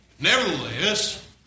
Nevertheless